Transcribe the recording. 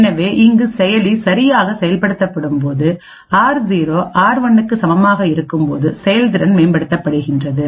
எனவே இங்கு செயலி சரியாக செயல்படுத்தப்படும் போது ஆர்0 ஆர்1 க்கு சமமாக இருக்கும்போது செயல்திறன் மேம்படுத்தப்படுகிறது